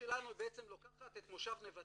בעצם לוקחת את מושב נבטים.